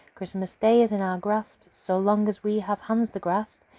christmas day is in our grasp so long as we have hands to grasp.